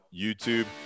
YouTube